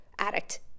addict